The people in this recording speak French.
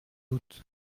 doute